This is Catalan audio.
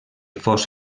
fos